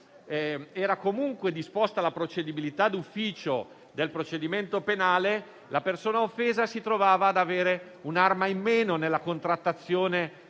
era comunque disposta la procedibilità d'ufficio del procedimento penale, la persona offesa si trovava ad avere un'arma in meno nella contrattazione